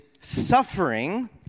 suffering